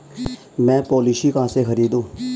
मैं पॉलिसी कहाँ से खरीदूं?